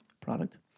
product